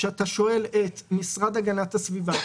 כשאתה שואל את המשרד להגנת הסביבה,